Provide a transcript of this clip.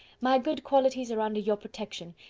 my good qualities are under your protection,